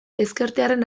ezkertiarren